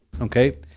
Okay